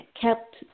kept